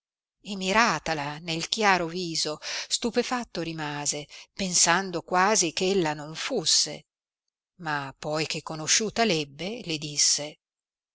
e miratala nel chiaro yiso stupefatto rimase pensando quasi eh ella non fusse ma poi che conosciuta l'ebbe le disse